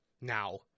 Now